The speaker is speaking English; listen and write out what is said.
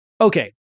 Okay